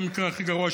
במקרה הכי גרוע,